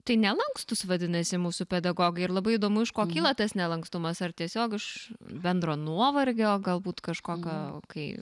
tai nelankstūs vadinasi mūsų pedagogai ir labai įdomu iš ko kyla tas nelankstumas ar tiesiog iš bendro nuovargio galbūt kažkokio kai